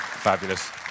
Fabulous